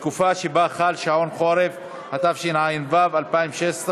שבה חל שעון חורף), התשע"ו 2016,